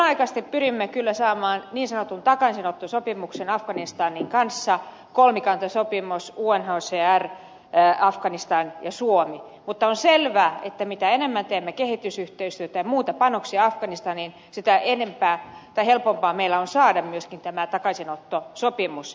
samanaikaisesti pyrimme kyllä saamaan niin sanotun takaisinottosopimuksen afganistanin kanssa kolmikantasopimuksen unhcr afganistan ja suomi mutta on selvää että mitä enemmän teemme kehitysyhteistyötä ja muita panostuksia afganistaniin sitä helpompi meidän on saada myöskin tämä takaisinottosopimus